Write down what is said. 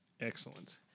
Excellent